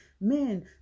men